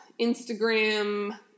Instagram